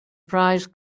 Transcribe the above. prize